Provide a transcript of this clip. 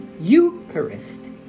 Eucharist